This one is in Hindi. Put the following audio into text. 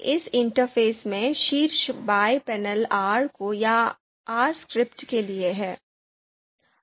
इस इंटरफ़ेस में शीर्ष बाएँ पैनल R कोड या R स्क्रिप्ट के लिए है